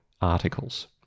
articles